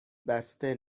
بسته